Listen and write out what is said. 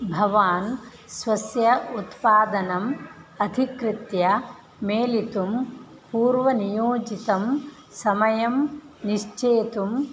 भवान् स्वस्य उत्पादनम् अधिकृत्य मेलितुं पूर्वनियोजितं समयं निश्चेतुं